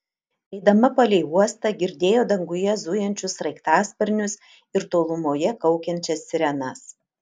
eidama palei uostą girdėjo danguje zujančius sraigtasparnius ir tolumoje kaukiančias sirenas